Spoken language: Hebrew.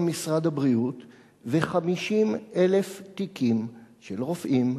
משרד הבריאות ו-50,000 תיקים של רופאים,